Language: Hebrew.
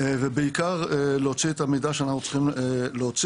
ובעיקר להוציא את המידע שאנחנו צריכים להוציא.